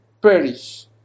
perish